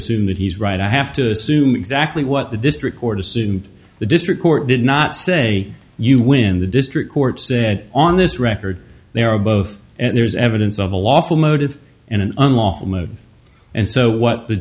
assume that he's right i have to assume exactly what the district court assumed the district court did not say you win the district court said on this record they are both and there is evidence of a lawful motive and an unlawful move and so what the